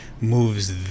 moves